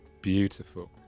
Beautiful